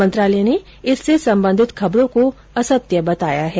मंत्रालय ने इससे संबंधित खबरों को असत्य बताया है